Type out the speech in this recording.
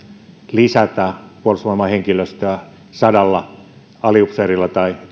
lisätä puolustusvoimain henkilöstöä sadalla aliupseerilla tai